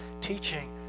teaching